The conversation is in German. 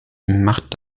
macht